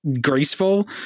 graceful